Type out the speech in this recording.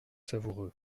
savoureux